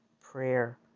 prayer